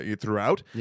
throughout